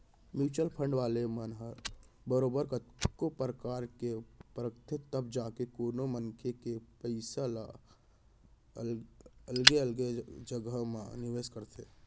mutual fund वाले मन ह बरोबर कतको परकार ले परखथें तब जाके कोनो मनसे के पइसा ल अलगे अलगे जघा म निवेस करथे